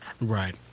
Right